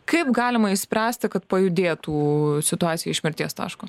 kaip galima išspręsti kad pajudėtų situacija iš mirties taško